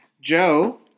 Joe